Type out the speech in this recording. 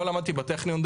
לא למדתי בטכניון,